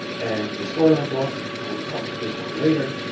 and the storyline block and i will come to this one later.